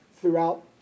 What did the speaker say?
throughout